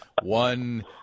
one